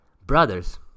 Brothers